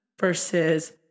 versus –